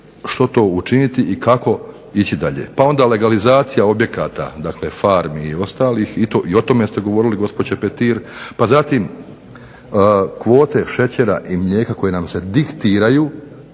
što to učiniti i kako ići dalje. Pa onda legalizacija objekata, dakle farmi i ostalih i o tome ste govorili gospođo Petir, pa zatim kvote šećera i mlijeka koje nam se diktiraju,